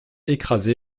écrasé